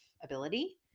ability